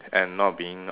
and not being